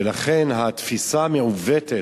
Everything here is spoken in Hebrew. ולכן התפיסה המעוותת,